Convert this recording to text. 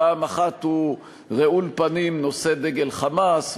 פעם אחת הוא רעול פנים נושא דגל "חמאס",